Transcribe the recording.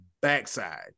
backside